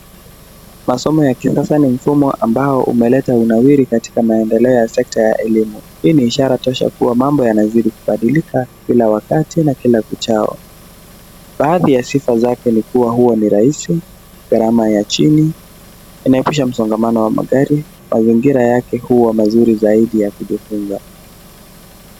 Masomo ya kisasa ni mfumo ambao umeleta unawiri katika maendeleo ya sekta ya elimu. Hii ni ishara tosha kuwa mambo yanazidi kubadilika kila wakati na kila kuchao. Baadhi ya sifa zake ni kuwa huwa ni rahisi, gharama ya chini. Inaitisha msongamano wa magari, mazingira yake huwa nzuri zaidi ya kujifunza.